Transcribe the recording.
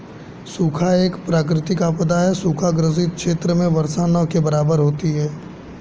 सूखा एक प्राकृतिक आपदा है सूखा ग्रसित क्षेत्र में वर्षा न के बराबर होती है